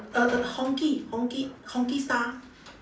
a a hongkie hongkie hongkie star